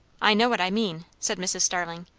i know what i mean, said mrs. starling,